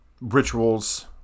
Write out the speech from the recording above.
rituals